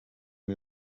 bwo